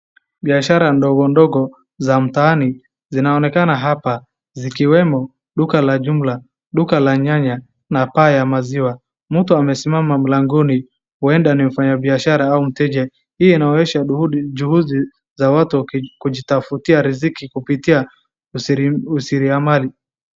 Biashara ndogo ndogo za mtaani zinaonekana hapa zikiwemo duka la jumla, duka la nyanya na paa ya maziwa. Mtu amesimama mlangoni huenda ni mfanyi biashara au mteja .Hii inaonyesha juhuzi za watu kujitafutia riziki kupitia usiriamali.